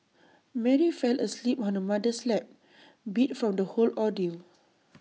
Mary fell asleep on her mother's lap beat from the whole ordeal